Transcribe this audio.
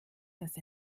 dass